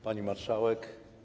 Pani Marszałek!